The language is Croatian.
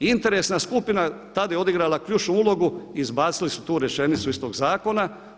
Interesna skupina tad je odigrala ključnu ulogu, izbacili su tu rečenicu iz tog zakona.